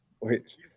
Wait